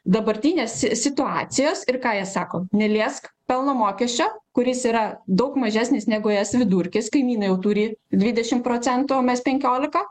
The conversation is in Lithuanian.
dabartinės situacijos ir ką jie sako neliesk pelno mokesčio kuris yra daug mažesnis negu es vidurkis kaimynai jau turi dvidešim procentų o mes penkiolika